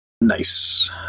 Nice